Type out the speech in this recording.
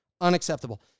Unacceptable